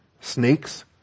snakes